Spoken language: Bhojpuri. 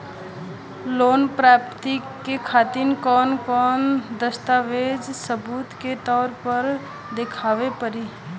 लोन प्राप्ति के खातिर कौन कौन दस्तावेज सबूत के तौर पर देखावे परी?